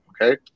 okay